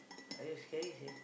!aiyo! scary seh